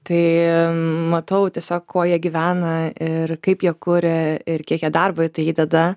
tai matau tiesiog kuo jie gyvena ir kaip jie kuria ir kiek jie darbo į tai įdeda